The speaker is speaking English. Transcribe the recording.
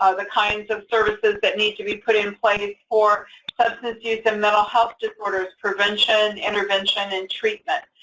ah the kinds of services that need to be put in place for substance use and mental health disorders, prevention, intervention, and treatment,